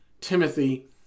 Timothy